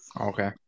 Okay